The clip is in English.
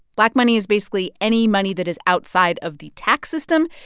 black money is basically any money that is outside of the tax system.